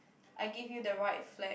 I give you the right flag